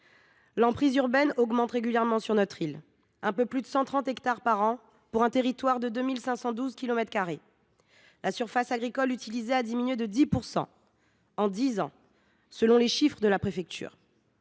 l’emprise urbaine augmente régulièrement : un peu plus de 130 hectares par an, pour un territoire de 2 512 kilomètres carrés. La surface agricole utilisée a diminué de 10 % en dix ans, selon les chiffres de la préfecture.